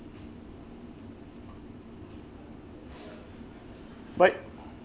but